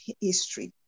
history